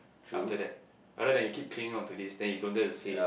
after that rather than you keep clinging on to this then you don't dare to say